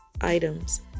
items